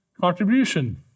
contribution